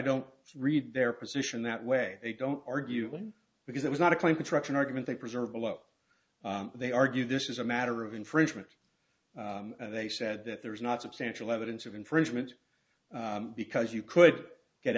don't read their position that way they don't argue because it was not a claim construction argument they preserve below they argue this is a matter of infringement and they said that there was not substantial evidence of infringement because you could get